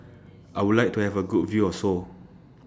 I Would like to Have A Good View of Seoul